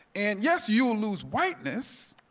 and yes, you will lose whiteness,